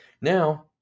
now